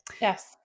Yes